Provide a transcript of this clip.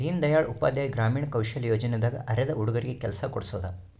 ದೀನ್ ದಯಾಳ್ ಉಪಾಧ್ಯಾಯ ಗ್ರಾಮೀಣ ಕೌಶಲ್ಯ ಯೋಜನೆ ದಾಗ ಅರೆದ ಹುಡಗರಿಗೆ ಕೆಲ್ಸ ಕೋಡ್ಸೋದ